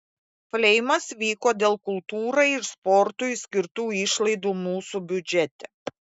fleimas vyko dėl kultūrai ir sportui skirtų išlaidų mūsų biudžete